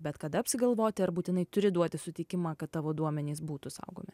bet kada apsigalvoti ar būtinai turi duoti sutikimą kad tavo duomenys būtų saugomi